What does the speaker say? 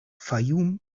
fayoum